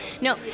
No